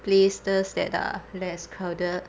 places that are less crowded